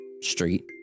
Street